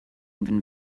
even